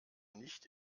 nicht